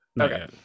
okay